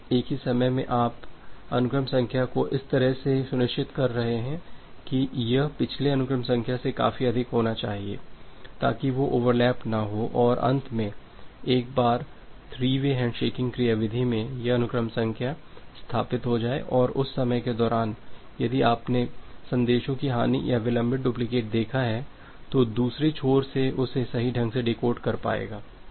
और एक ही समय में आप अनुक्रम संख्या को इस तरह से सुनिश्चित कर रहे हैं की यह पिछले अनुक्रम संख्या से काफी अधिक होना चाहिए ताकि वे ओवरलैप न हों और अंत में एक बार थ्री वे हैंडशेकिंग क्रियाविधि में यह अनुक्रम संख्या स्थापित हो जाए और उस समय के दौरान यदि आपने संदेशों की हानि या विलंबित डुप्लिकेट देखा है तो दूसरे छोर उसे सही ढंग से डिकोड कर पायेगा